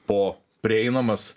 po prieinamas